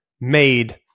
made